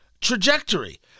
trajectory